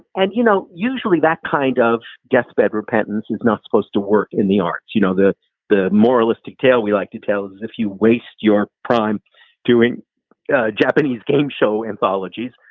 and, you know, usually that kind of deathbed repentance is not supposed to work in the arts. you know, the the moralistic tale we like to tell is if you waste your time doing a japanese game show anthologies,